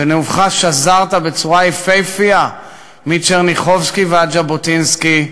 בנאומך שזרת בצורה יפהפייה מטשרניחובסקי ועד ז'בוטינסקי,